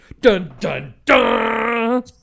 dun-dun-dun